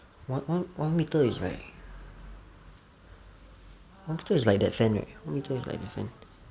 one one one metre is like one metre is like that fan right one metre is like that fan